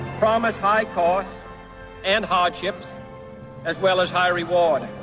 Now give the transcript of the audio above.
promise high costs and ah hardships, as well as high reward.